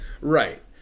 Right